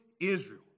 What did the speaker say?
Israel